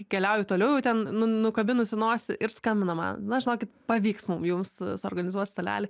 keliauju toliau ten nu nukabinusi nosį ir skambina man na žinokit pavyks mum jums suorganizuot stalelį